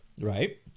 Right